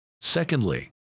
Secondly